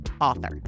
author